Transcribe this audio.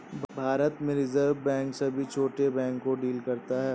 भारत में reserve bank सभी छोटे बैंक को डील करता है